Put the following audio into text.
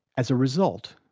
as a result,